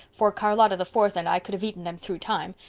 for charlotta the fourth and i could have eaten them through time.